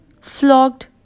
flogged